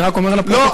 אני רק אומר לפרוטוקול,